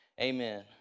amen